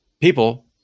people